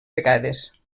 vegades